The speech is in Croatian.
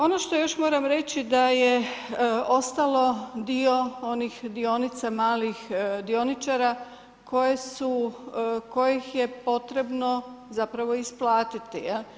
Ono što još moram reći da je ostalo dio onih dionica malih dioničara kojih je potrebno zapravo isplatiti.